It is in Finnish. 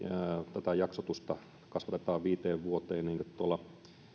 tätä jaksotusta kasvatetaan viiteen vuoteen tuolla